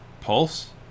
Pulse